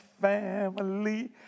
family